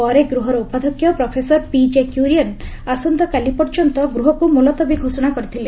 ପରେ ଗୃହର ଉପାଧ୍ୟକ୍ଷ ପ୍ରଫେସର ପିଜେ କ୍ୟୁରିଏନ୍ ଆସନ୍ତାକାଲି ପର୍ଯ୍ୟନ୍ତ ଗୃହକୁ ମୁଲତବୀ ଘୋଷଣା କରିଥିଲେ